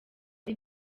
ari